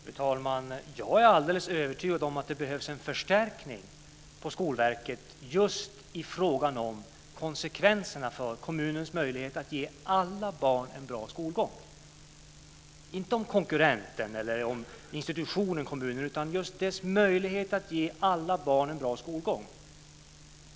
Fru talman! Jag är helt övertygad om att det behövs en förstärkning på Skolverket just i fråga om konsekvenserna för kommunens möjlighet att ge alla barn en bra skolgång. Det handlar inte om konkurrenten eller institutionen, utan just om kommunens möjlighet att ge alla barn en bra skolgång.